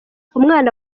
umwami